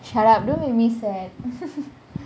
shut up don't make me sad